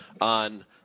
on